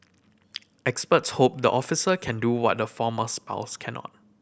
experts hope the officer can do what the former spouse cannot